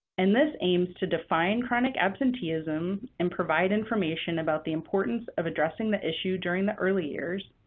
and this aims to define chronic absenteeism and provide information about the importance of addressing the issue during the early years.